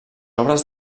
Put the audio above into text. obres